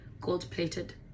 gold-plated